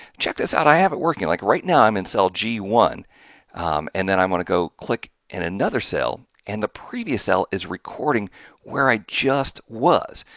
check this out i have it working like right now, i'm in cell g one and then i want to go click in another cell and the previous cell is recording where i just was.